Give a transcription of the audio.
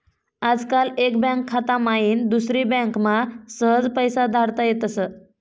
आजकाल एक बँक खाता माईन दुसरी बँकमा सहज पैसा धाडता येतस